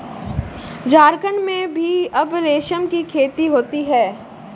झारखण्ड में भी अब रेशम की खेती होती है